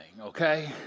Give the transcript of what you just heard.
okay